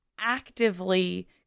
actively